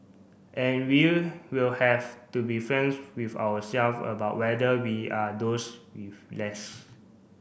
and we will have to be franks with our self about whether we are those with less